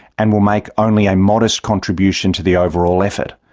and will make only a modest contribution to the overall effort.